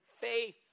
faith